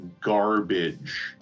garbage